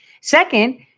Second